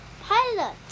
pilot